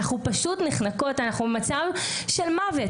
אנחנו במצב של מוות.